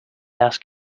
ask